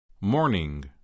Morning